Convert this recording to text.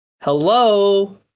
Hello